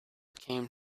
came